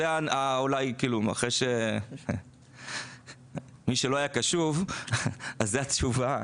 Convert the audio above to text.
ופה מי שלא היה קשוב אז זאת התשובה